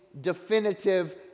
definitive